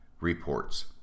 reports